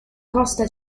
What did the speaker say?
costa